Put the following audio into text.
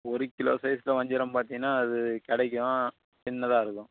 ஒரு கிலோ சைஸ்சில் வஞ்சிரம் பார்த்தீங்கன்னா அது கிடைக்கும் சின்னதாக இருக்கும்